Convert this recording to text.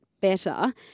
better